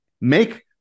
make